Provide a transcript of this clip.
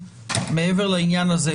מעבר לעניין הזה,